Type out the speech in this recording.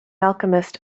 alchemist